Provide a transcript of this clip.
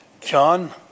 John